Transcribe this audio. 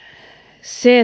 se